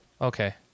Okay